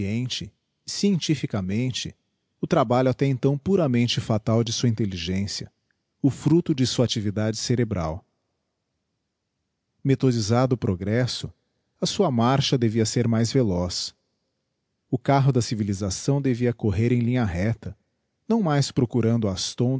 auxiliar consciente scientificamente o trabalho até então puramente fatal de sua intelligencia o fructo de sua actividade cerebral methodisado o progresso a sua marcha devia ser mais veloz o carro da civilisação devia correr em linha recta não mais procurando ás